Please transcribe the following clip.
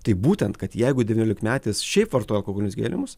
tai būtent kad jeigu devyniolikmetis šiaip vartoja alkoholinius gėrimus